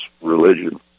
religion